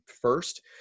first